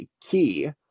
key